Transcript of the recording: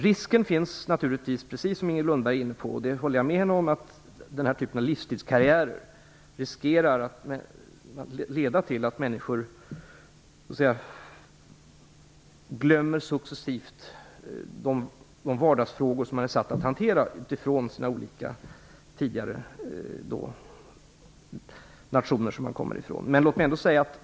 Risken finns naturligtvis, precis som Inger Lundberg sade, vilket jag håller med henne om, att den här typen av livstidskarriärer leder till att människor successivt glömmer de vardagsfrågor som de är satta att hantera utifrån sina olika tidigare erfarenheter från de nationer de kommer ifrån.